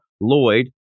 Lloyd